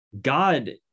God